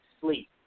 sleep